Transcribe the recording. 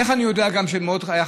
איך אני יודע שזה היה מאוד חשוב?